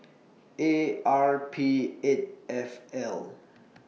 A R P eight F L